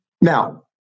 Now